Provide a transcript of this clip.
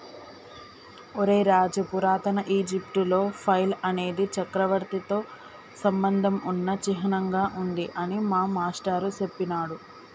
ఒరై రాజు పురాతన ఈజిప్టులో ఫైల్ అనేది చక్రవర్తితో సంబంధం ఉన్న చిహ్నంగా ఉంది అని మా మాష్టారు సెప్పినాడురా